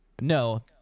No